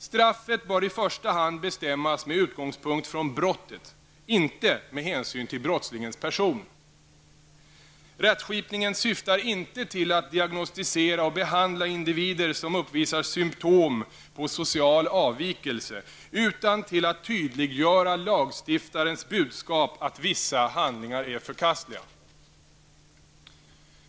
Straffet bör i första hand bestämmas med utgångspunkt från brottet, inte med hänsyn till brottslingens person. Rättskipningen syftar inte till att diagnostisera och behandla individer som uppvisar symptom på social avvikelse, utan till att tydliggöra lagstiftarens budskap att vissa handlingar är förkastliga.